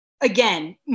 again